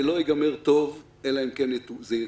זה לא ייגמר טוב אלא אם כן זה יטופל.